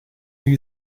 you